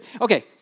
okay